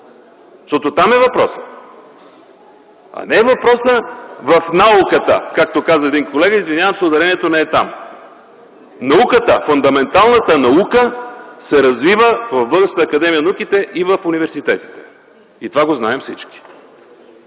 Защото там е въпросът. А въпросът не е в науката, както каза един колега. Извинявам се, ударението не е там! Науката, фундаменталната наука се развива в Българската академия на науките и в университетите. Това го знаем всички